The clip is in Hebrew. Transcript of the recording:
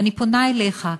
ואני פונה אליך,